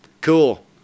Cool